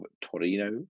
Torino